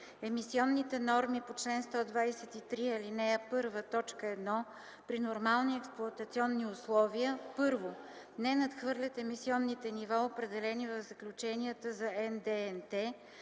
Емисионните норми по чл. 123, ал. 1, т. 1 при нормални експлоатационни условия: 1. не надхвърлят емисионните нива, определени в заключенията за НДНТ,